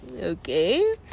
okay